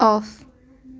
of